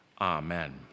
amen